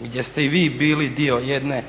gdje ste i vi bili dio jedne,